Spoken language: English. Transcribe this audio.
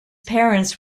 parents